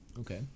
Okay